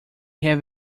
have